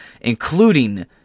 including